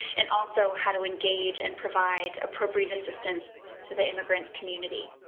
and also how to engage and provide appropriate assistance to the immigrant community.